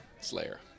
Slayer